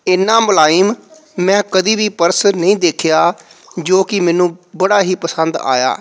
ਇੰਨਾ ਮੁਲਾਇਮ ਮੈਂ ਕਦੀ ਵੀ ਪਰਸ ਨਹੀਂ ਦੇਖਿਆ ਜੋ ਕਿ ਮੈਨੂੰ ਬੜਾ ਹੀ ਪਸੰਦ ਆਇਆ